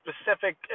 specific